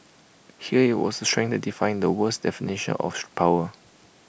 here was strength that defied the world's definition of power